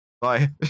bye